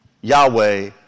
Yahweh